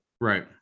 Right